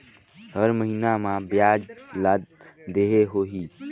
हर महीना मा ब्याज ला देहे होही?